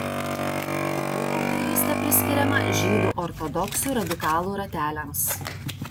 jų autorystė priskiriama žydų ortodoksų radikalų rateliams